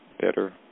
better